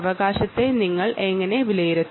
ഇത് നിങ്ങൾ എങ്ങനെ വിലയിരുത്തുന്നു